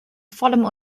vollem